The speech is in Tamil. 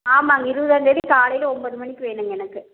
ஆமாங்க இருபதாந்தேதி காலையில ஒன்பது மணிக்கு வேணுங்க எனக்கு